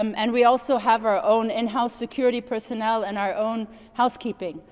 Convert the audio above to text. um and we also have our own in house security personnel and our own housekeeping.